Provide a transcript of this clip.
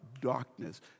darkness